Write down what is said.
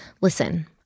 Listen